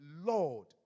Lord